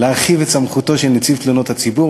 להרחיב את סמכותו של נציב תלונות הציבור